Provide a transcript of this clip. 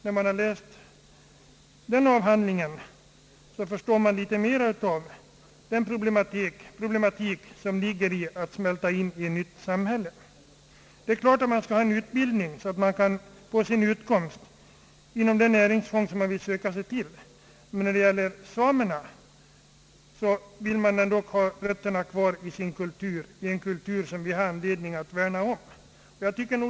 När man har läst den avhandlingen, förstår man litet mera av vad det innebär att smälta in 1 ett nytt samhälle. Det är klart att envar skall ha en utbildning, så att han kan få sin utkomst inom det näringsfång han vill söka sig till. Samerna har ändock sina rötter kvar i en kultur, som det finns anledning att värna om.